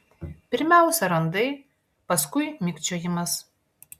pirmiausia randai paskui mikčiojimas